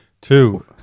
Two